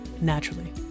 naturally